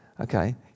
okay